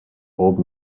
old